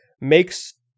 makes